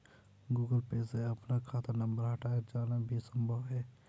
Google Pay से अपना खाता नंबर हटाया जाना भी संभव है